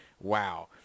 wow